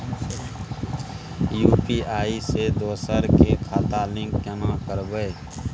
UPI से दोसर के खाता लिंक केना करबे?